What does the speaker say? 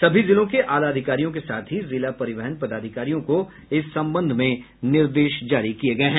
सभी जिलों के आलाधिकारियों के साथ ही जिला परिवहन पदाधिकारियों को इस संबंध में निर्देश जारी किये गये हैं